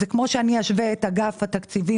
זה כמו שאני אשווה את התקציב של אגף התקציבים